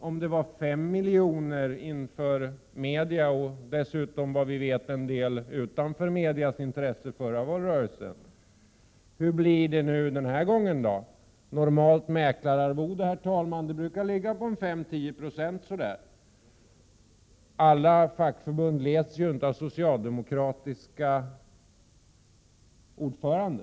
Om det var 5 miljoner inför media och dessutom, vad vi vet, en del utanför medias intresse förra valrörelsen, hur blir det den här gången då? Normalt mäklararvode brukar ligga på 5—10 96 så där. Alla fackförbund leds inte av socialdemokratiska ordförande.